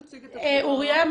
כן,